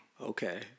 Okay